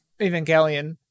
Evangelion